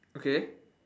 okay